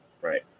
Right